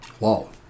Wow